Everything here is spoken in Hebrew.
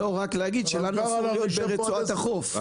לא, רק להגיד שאסור לנו להיות ברצועת החוף.